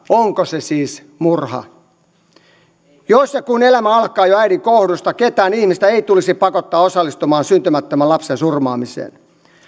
onko se siis murha jos ja kun elämä alkaa jo äidin kohdusta ketään ihmistä ei tulisi pakottaa osallistumaan syntymättömän lapsen surmaamiseen